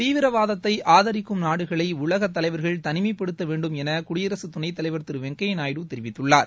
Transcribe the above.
தீவிரவாதத்தை ஆதரிக்கும் நாடுகளை உலக தலைவர்கள் தனிமைப்படுத்த வேண்டும் என குடியரசுத் துணைத் தலைவர் திரு வெங்கைய்யா நாயுடு தெரிவித்துள்ளார்